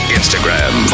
Instagram